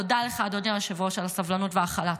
תודה לך, אדוני היושב-ראש, על הסבלנות וההכלה.